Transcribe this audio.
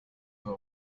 for